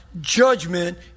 judgment